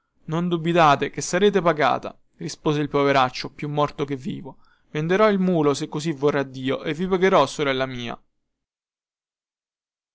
non dubitate che sarete pagata rispose il poveraccio più morto che vivo venderò il mulo se così vorrà dio e vi pagherò sorella mia